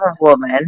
woman